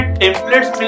templates